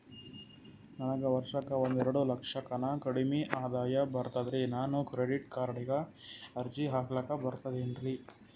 ನನಗ ವರ್ಷಕ್ಕ ಒಂದೆರಡು ಲಕ್ಷಕ್ಕನ ಕಡಿಮಿ ಆದಾಯ ಬರ್ತದ್ರಿ ನಾನು ಕ್ರೆಡಿಟ್ ಕಾರ್ಡೀಗ ಅರ್ಜಿ ಹಾಕ್ಲಕ ಬರ್ತದೇನ್ರಿ?